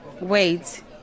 wait